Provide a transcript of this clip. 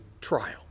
trial